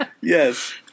Yes